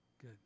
Good